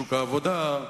שוק העבודה,